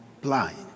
blind